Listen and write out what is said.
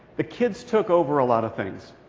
the kids took over a lot of things.